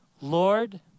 Lord